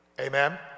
Amen